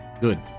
good